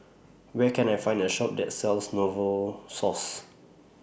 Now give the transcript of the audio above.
Where Can I Find A Shop that sells Novosource